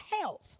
health